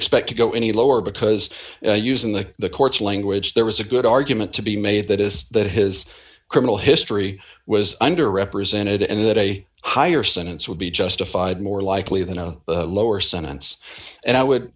expect to go any lower because using the the court's language there was a good argument to be made that is that his criminal history was under represented and that a higher sentence would be justified more likely than a lower sentence and i would